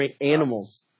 animals